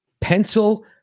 pencil